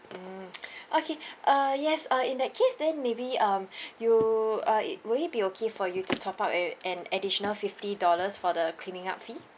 mm okay uh yes uh in that case then maybe um you uh it would it be okay for you to top up an an additional fifty dollars for the cleaning up fee